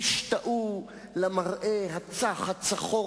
גם סגן